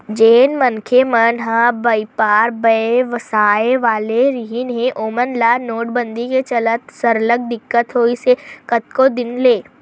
जेन मनखे मन ह बइपार बेवसाय वाले रिहिन हे ओमन ल नोटबंदी के चलत सरलग दिक्कत होइस हे कतको दिन ले